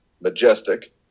Majestic